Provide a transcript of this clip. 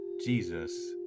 Jesus